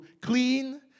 clean